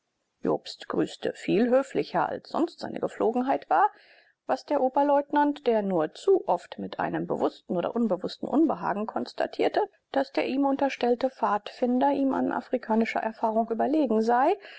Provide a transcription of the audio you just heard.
jobst grüßte viel höflicher als sonst seine gepflogenheit war was der oberleutnant der nur zu oft mit einem bewußten oder unbewußten unbehagen konstatierte daß der ihm unterstellte pfadfinder ihm an afrikanischer erfahrung überlegen sei